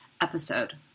episode